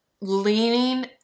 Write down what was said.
leaning